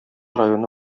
районы